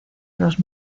los